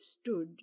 stood